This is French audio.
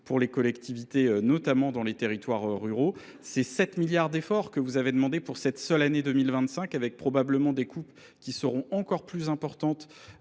pour les collectivités, notamment dans les territoires ruraux. C'est 7 milliards d'efforts que vous avez demandé pour cette seule année 2025, avec probablement des coupes qui seront encore plus importantes